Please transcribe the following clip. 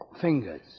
fingers